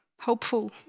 hopeful